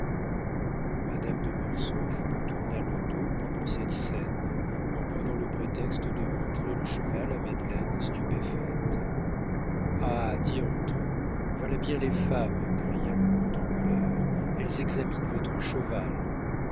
madame de mortsauf nous tourna le dos pendant cette scène en prenant le prétexte de montrer le cheval à madeleine stupéfaite ha diantre voilà bien les femmes cria le comte en colère elles examinent votre cheval